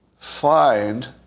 Find